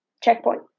checkpoint